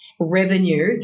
revenue